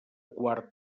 quart